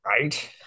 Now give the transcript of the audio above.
right